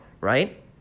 right